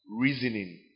reasoning